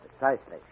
Precisely